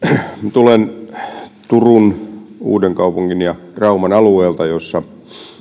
tulen turun uudenkaupungin ja rauman alueelta jossa